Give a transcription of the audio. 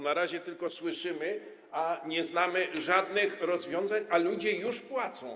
Na razie tylko o tym słyszymy, nie znamy żadnych rozwiązań, a ludzie już płacą.